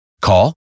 Call